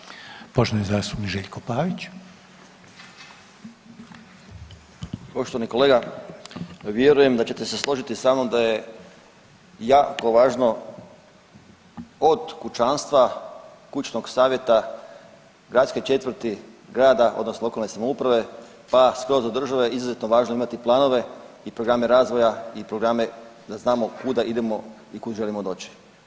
Poštovani kolega, vjerujem da ćete se složiti sa mnom da je jako važno od kućanstva, kućnog savjeta, gradske četvrti grada odnosno lokalne samouprave pa skroz do države izuzetno važno imati planove i programe razvoja i programe da znamo kuda idemo i kud želimo doći.